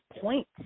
point